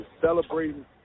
celebrating